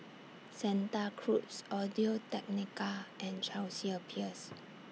Santa Cruz Audio Technica and Chelsea Peers